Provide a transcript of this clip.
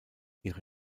ihre